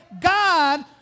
God